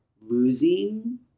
losing